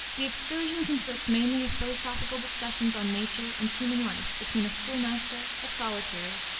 the excursion consists mainly of philosophical discussions on nature and human life between a school-master, a solitary,